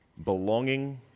Belonging